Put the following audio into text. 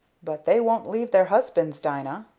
but they won't leave their husbands, dina.